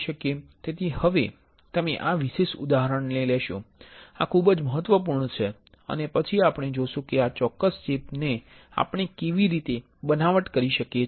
તેથી હવે તમે આ વિશેષ ઉદાહરણને લેશો આ ખૂબ જ મહત્વપૂર્ણ છે અને પછી આપણે જોશું કે આ ચોક્કસ ચિપ ને આપણે કેવી રીતે બનાવટ કરી શકીએ છીએ